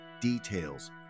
details